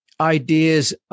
ideas